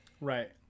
right